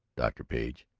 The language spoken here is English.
dr. page!